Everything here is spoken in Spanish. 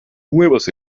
nuevas